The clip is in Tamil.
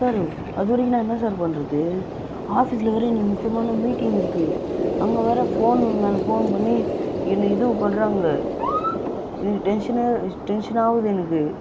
சார் அதுவரைக்கும் நான் என்ன சார் பண்ணுறது ஆஃபிஸில் வேறு இன்றைக்கி முக்கியமான மீட்டிங் இருக்குது அங்கே வேறு ஃபோன் மேலே ஃபோன் பண்ணி என்ன இதோ பண்ணுறாங்க எனக்கு டென்ஷனாக டென்ஷனாகுது எனக்கு